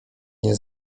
nie